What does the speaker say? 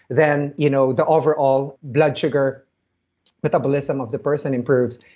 then you know the overall blood sugar metabolism of the person improves.